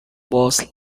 boss